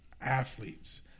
athletes